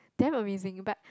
damn amusing but